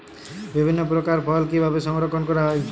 বিভিন্ন প্রকার ফল কিভাবে সংরক্ষণ করা হয়?